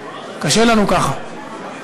קשה לנו ככה.